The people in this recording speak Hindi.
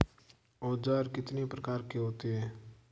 औज़ार कितने प्रकार के होते हैं?